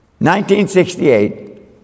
1968